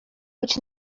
być